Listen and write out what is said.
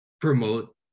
promote